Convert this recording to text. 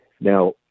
Now